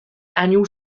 annual